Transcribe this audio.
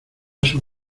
sus